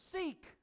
Seek